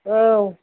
औ